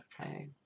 okay